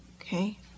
Okay